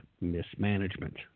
mismanagement